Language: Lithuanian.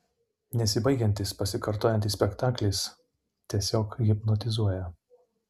nesibaigiantis pasikartojantis spektaklis tiesiog hipnotizuoja